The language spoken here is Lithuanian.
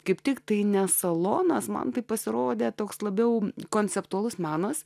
kaip tiktai ne salonas man tai pasirodė toks labiau konceptualus menas